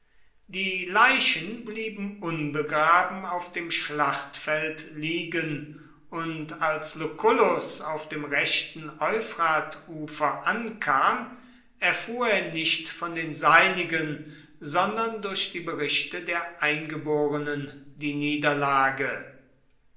die leichen blieben unbegraben auf dem schlachtfeld liegen und als lucullus auf dem rechten euphratufer ankam erfuhr er nicht von den seinigen sondern durch die berichte der eingeborenen die niederlage